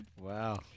Wow